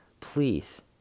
please